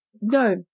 no